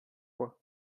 fois